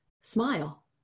smile